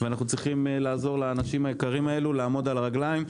ואנחנו צריכים לעזור לאנשים היקרים האלה לעמוד על הרגליים,